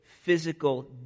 physical